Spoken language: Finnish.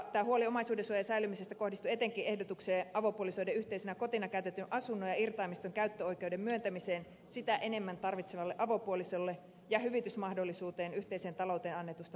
tämä huoli omaisuudensuojan säilymisestä kohdistui etenkin ehdotukseen avopuolisoiden yhteisenä kotina käytetyn asunnon ja irtaimiston käyttöoikeuden myöntämisestä sitä enemmän tarvitsevalle avopuolisolle ja hyvitysmahdollisuudesta yhteiseen talouteen annetusta panoksesta